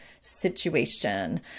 situation